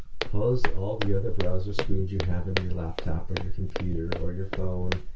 close all the other browser screens you have in your laptop or your computer or your phone.